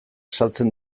saltzen